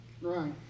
Right